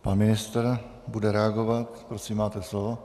Pan ministr bude reagovat. Prosím, máte slovo.